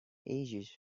ages